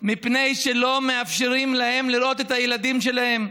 מפני שלא נותנים להם לראות את הילדים שלהם.